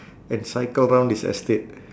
and cycle round this estate